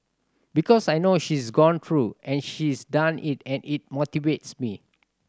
because I know she's gone through and she's done it and it motivates me